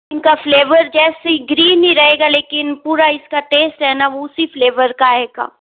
इन का फ़्लेवर जैसे ही ग्रीन ही रहेगा लेकिन पूरा इस का टेस्ट है ना वो उसी फ़्लेवर का आएगा